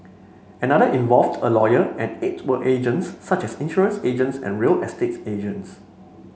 another involved a lawyer and eight were agents such as insurance agents and real estate agents